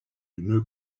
d’une